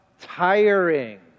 tiring